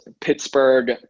Pittsburgh